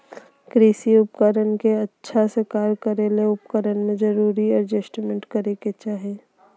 कृषि उपकरण के अच्छा से कार्य करै ले उपकरण में जरूरी एडजस्टमेंट करै के चाही